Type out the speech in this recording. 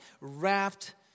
wrapped